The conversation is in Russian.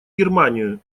германию